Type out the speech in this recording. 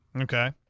Okay